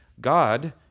God